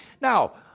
Now